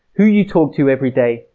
who you talk to every day,